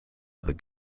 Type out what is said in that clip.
other